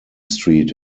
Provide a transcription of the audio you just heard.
street